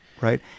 right